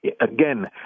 again